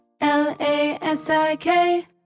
L-A-S-I-K